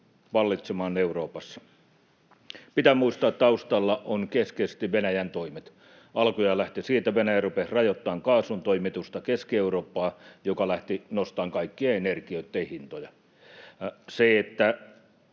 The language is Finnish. vallitsemaan Euroopassa. Pitää muistaa, että taustalla ovat keskeisesti Venäjän toimet. Alkujaan tämä lähti siitä, että Venäjä rupesi rajoittamaan kaasuntoimitusta Keski-Eurooppaan, mikä lähti nostamaan kaikkien energioitten hintoja. Suomessa